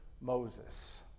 moses